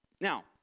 Now